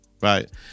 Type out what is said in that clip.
Right